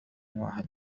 واحد